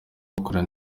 bakorana